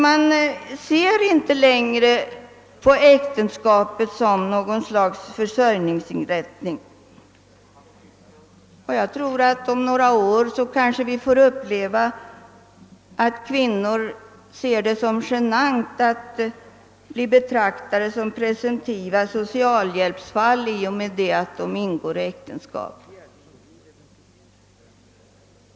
Man ser inte längre på äktenskapet som något slags försörjningsinrättning, och om några år kanske vi får uppleva, att kvinnor anser det som genant att bli betraktade som presumtiva socialhjälpsfall i och med att de ingår äktenskap.